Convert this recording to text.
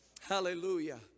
Hallelujah